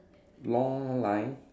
long line